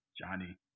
Johnny